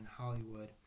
Hollywood